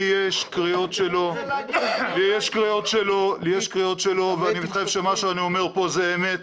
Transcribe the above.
לי יש קריאות שלו ואני מתחייב שמה שאני אומר פה זה אמת.